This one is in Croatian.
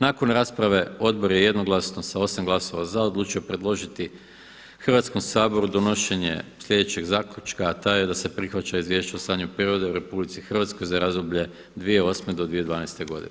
Nakon rasprave odbor je jednoglasno sa 8 glasova za odlučio predložiti Hrvatskom saboru donošenje sljedećeg zaključka a taj je da se prihvaća Izvješće o stanju prirode u RH za razdoblje od 2008. do 2012. godine.